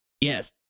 Yes